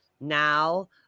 now